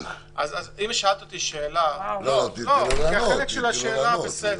אם שאלת אותי שאלה, כי החלק של השאלה הוא בסדר.